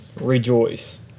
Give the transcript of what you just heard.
rejoice